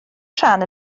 rhan